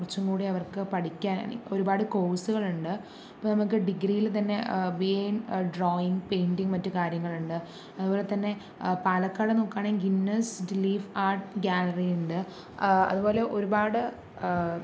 കുറച്ചും കൂടി അവർക്ക് പഠിക്കാൻ ആണെങ്കിൽ ഒരുപാട് കോഴ്സുകളുണ്ട് അപ്പോൾ നമുക്ക് ഡിഗ്രിയിൽ തന്നെ ബി എ ഇൻ ഡ്രോയിങ്ങ് പെയിന്റും മറ്റു കാര്യങ്ങളുമുണ്ട് അതുപോലത്തന്നെ പാലക്കാട് നോക്കുകയാണെങ്കിൽ ഗിന്നേഴ്സ് ഡിലീഫ് ആർട് ഗാലറി ഉണ്ട് അതുപോലെ ഒരുപാട്